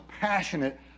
passionate